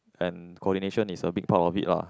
and coordination is a big part of it lah